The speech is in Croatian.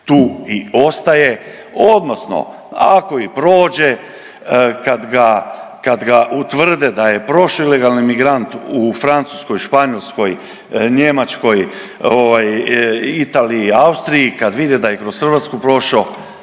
tu i ostaje odnosno ako i prođe kad ga utvrde da je prošo ilegalni migrant u Francuskoj, Španjolskoj, Njemačkoj, Italiji, Austriji kad vide da je kroz Hrvatsku prošao